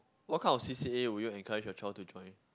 what kind of C_C_A would you encourage your child to join